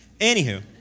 Anywho